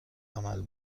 عمل